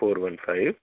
four one five